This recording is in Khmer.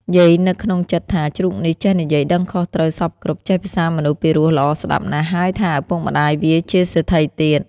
យាយនឹកក្នុងចិត្ដថា ជ្រូកនេះចេះនិយាយដឹងខុសត្រូវសព្វគ្រប់ ចេះភាសាមនុស្សពីរោះល្អស្ដាប់ណាស់ ហើយថា ឪពុកមា្ដយវាជាសេដ្ឋីទៀត។